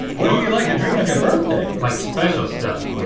what do you like to drink on your birthday? like, special stuff, i mean